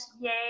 Yay